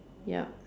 ya